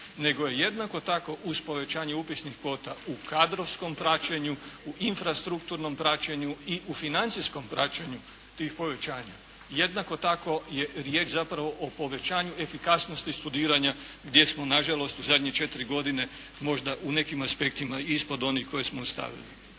nego je jednako tako uz povećanje upisnih kvota u kadrovskom praćenju, u infrastrukturnom praćenju i u financijskom praćenju tih povećanja. Jednako tako je riječ zapravo o povećanju efikasnosti studiranja gdje smo nažalost u zadnje četiri godine možda u nekim aspektima ispod onih koje smo ostavili.